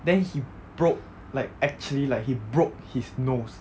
then he broke like actually like he broke his nose